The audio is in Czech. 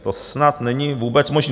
To snad není vůbec možné.